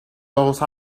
those